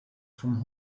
vom